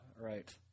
right